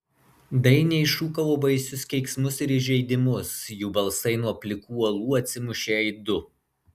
dainiai šūkavo baisius keiksmus ir įžeidimus jų balsai nuo plikų uolų atsimušė aidu